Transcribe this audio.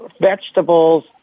vegetables